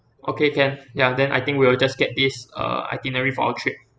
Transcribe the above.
okay can ya then I think we'll just get this uh itinerary for our trip